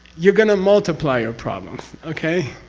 you're going to multiply your problems. okay?